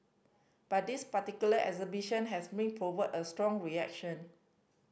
but this particular exhibition has been provoked a strong reaction